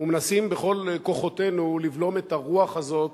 ומנסים בכל כוחותינו לבלום את הרוח הזאת